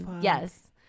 Yes